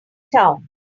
town